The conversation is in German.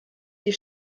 die